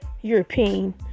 European